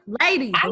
ladies